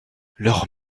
leurs